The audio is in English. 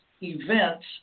events